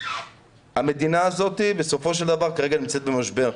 המדינה הזו בסופו של דבר נמצאת במשבר.